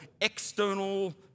external